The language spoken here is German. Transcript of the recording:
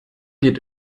geht